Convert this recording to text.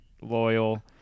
loyal